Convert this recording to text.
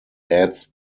ads